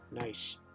nice